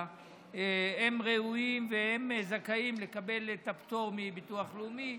הם ראויים והם זכאים לקבל את הפטור מביטוח לאומי,